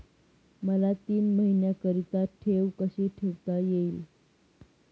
मला तीन महिन्याकरिता ठेव कशी ठेवता येईल?